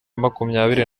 makumyabiri